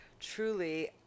truly